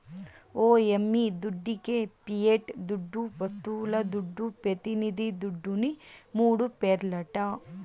ఓ యమ్మీ దుడ్డికే పియట్ దుడ్డు, వస్తువుల దుడ్డు, పెతినిది దుడ్డుని మూడు పేర్లట